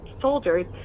soldiers